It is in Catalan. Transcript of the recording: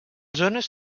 zones